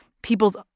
people's